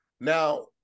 Now